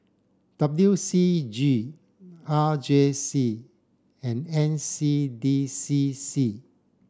W C G R J C and N C D C C